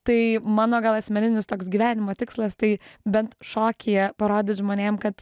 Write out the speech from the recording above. tai mano gal asmeninis toks gyvenimo tikslas tai bent šokyje parodyt žmonėm kad